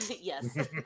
yes